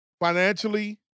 financially